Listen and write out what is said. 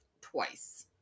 twice